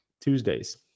Tuesdays